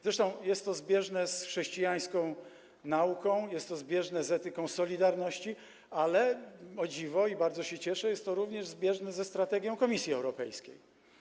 Zresztą jest to zbieżne z chrześcijańską nauką, jest to zbieżne z etyką solidarności, ale o dziwo - i bardzo się cieszę - jest to również zbieżne ze strategią Komisji Europejskiej.